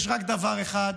יש רק דבר אחר שהאמת,